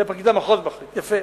זה פרקליט המחוז מחליט, יפה.